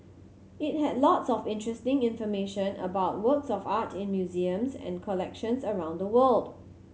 it had lots of interesting information about works of art in museums and collections around the world